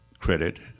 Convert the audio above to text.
credit